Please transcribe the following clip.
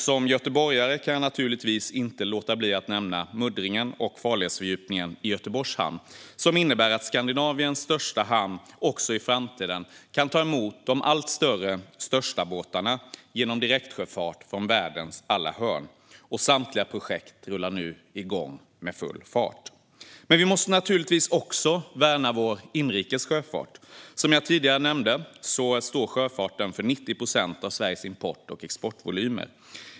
Som göteborgare kan jag naturligtvis inte låta bli att nämna muddringen och farledsfördjupningen i Göteborgs hamn, som innebär att Skandinaviens största hamn också i framtiden kan ta emot de allt större störstabåtarna genom direktsjöfart från världens alla hörn. Samtliga projekt rullar nu igång med full fart. Men vi måste naturligtvis också värna vår inrikes sjöfart. Som jag tidigare nämnde står sjöfarten för 90 procent av Sveriges import och exportvolymer.